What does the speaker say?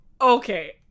Okay